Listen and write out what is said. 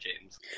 James